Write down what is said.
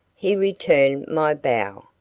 he returned my bow,